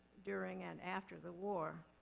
during and after the war.